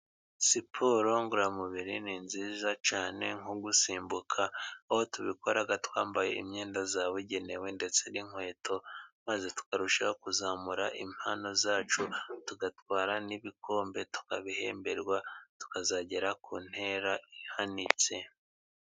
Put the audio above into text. Siporo ngororamubiri ni nziza cyane, nko gusimbuka aho tubikora twambaye imyenda yabugenewe ndetse n'inkweto, maze tukarushaho kuzamura impano zacu tugatwara n'ibikombe, tukabihemberwa tukazagera ku ntera ihanitse.